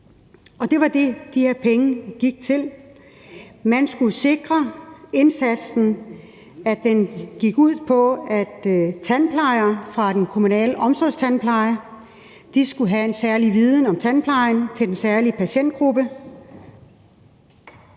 og det var det, som de her penge gik til. Man skulle sikre, at indsatsen gik ud på, at tandplejerne fra den kommunale omsorgstandpleje skulle have en særlig viden om tandplejen hos den særlige patientgruppe,